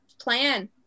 plan